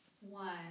one